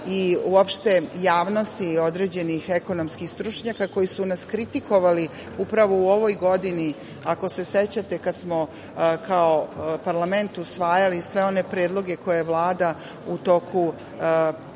i javnosti, i određenih ekonomskih stručnjaka koji su nas kritikovali u ovoj godini, ako se sećate, kada smo kao parlament usvajali sve one predloge koje je Vlada u toku vanrednog